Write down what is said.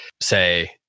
say